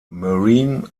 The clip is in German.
marine